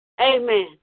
Amen